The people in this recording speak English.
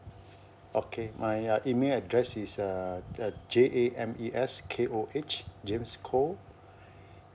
okay my err email address is uh uh J A M E S K O H james koh